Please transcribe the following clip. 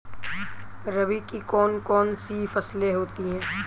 रबी की कौन कौन सी फसलें होती हैं?